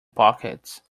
pockets